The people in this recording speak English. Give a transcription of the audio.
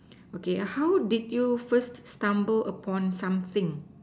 okay ah how did you first stumble upon something